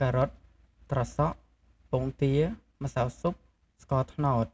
ការ៉ុត ត្រសក់ ពងទា ម្សៅស៊ុប ស្ករត្នោត។